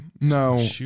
No